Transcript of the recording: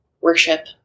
worship